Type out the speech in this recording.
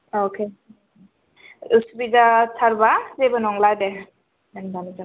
अके असुबिदा थारब्ला जेबो नंला दे